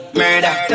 murder